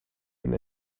and